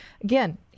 again